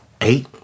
Eight